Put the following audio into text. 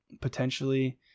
potentially